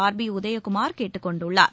R பிஉதயகுமார் கேட்டுக் கொண்டுள்ளார்